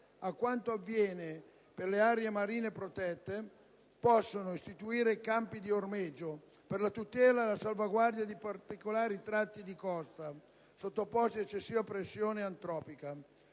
a quanto avviene per le aree marine protette, possono istituire campi di ormeggio per la tutela e la salvaguardia di particolari tratti di costa sottoposti ad eccessiva pressione antropica.